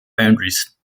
boundaries